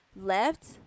left